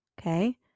Okay